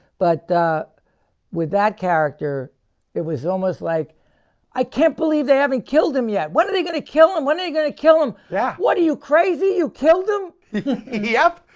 but with that character it was almost like i can't believe they haven't killed him yet. what are they gonna kill him? what are you gonna? kill him? yeah, what are you crazy, you killed him yep,